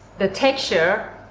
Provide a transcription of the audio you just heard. the texture.